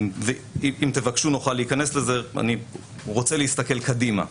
אם תבקשו נוכל להיכנס לזה, אני רוצה להסתכל קדימה.